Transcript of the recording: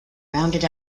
rounded